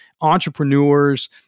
entrepreneurs